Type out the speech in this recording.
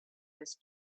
his